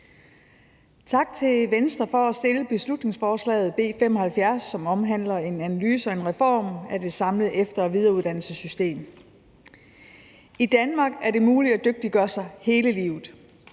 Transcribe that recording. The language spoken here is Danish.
Tak til Venstre for at fremsætte beslutningsforslag B 75, som omhandler en analyse og reform af det samlede efter- og videreuddannelsessystem. I Danmark er det muligt at dygtiggøre sig hele livet.